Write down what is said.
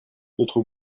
notre